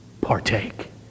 partake